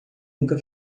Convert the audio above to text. nunca